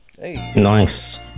Nice